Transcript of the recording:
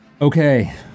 Okay